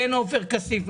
כן עופר כסיף,